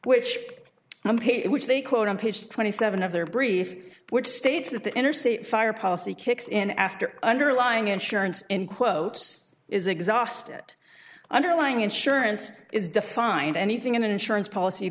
hit which they quote on page twenty seven of their brief which states that the interstate fire policy kicks in after underlying insurance in quotes is exhausted underlying insurance is defined anything in an insurance policy